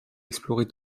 explorer